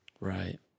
Right